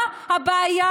מה הבעיה,